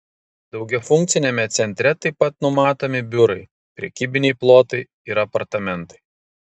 daugiafunkciame centre taip pat numatomi biurai prekybiniai plotai ir apartamentai